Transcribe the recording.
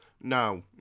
No